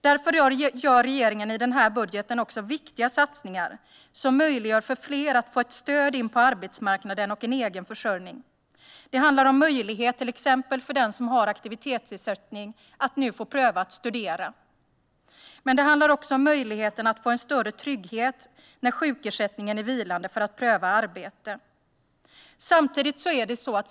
Därför gör regeringen i budgeten viktiga satsningar som möjliggör för fler att få stöd in på arbetsmarknaden och en egen försörjning. Det handlar om en möjlighet för den som till exempel har aktivitetsersättning att pröva att studera, men det handlar också om möjligheten att få en större trygghet för att pröva arbete när sjukersättningen är vilande.